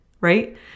right